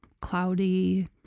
cloudy